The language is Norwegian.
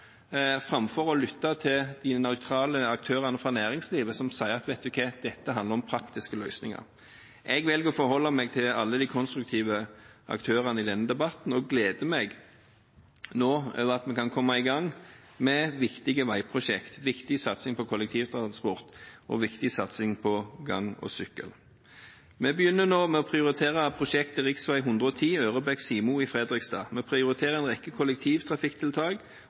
framfor å lytte til de nøytrale aktørene fra næringslivet som sier: Vet du hva, dette handler om praktiske løsninger. Jeg velger å forholde meg til alle de konstruktive aktørene i denne debatten og gleder meg over at vi nå kan komme i gang med viktige veiprosjekt, viktig satsing på kollektivtransport og viktig satsing på gang- og sykkelveier. Vi begynner nå med å prioritere prosjektet rv. 110 Ørebekk–Simo i Fredrikstad. Vi prioriterer en rekke kollektivtrafikktiltak